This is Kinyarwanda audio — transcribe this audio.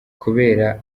kubera